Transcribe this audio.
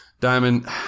Diamond